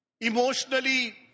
emotionally